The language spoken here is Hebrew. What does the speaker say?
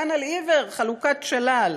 כאן, על עיוור, חלוקת שלל.